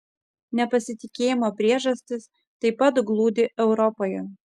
nepasitikėjimo priežastys taip pat glūdi europoje